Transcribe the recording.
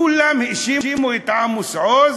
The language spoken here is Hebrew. כולם האשימו את עמוס עוז